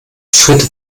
schritt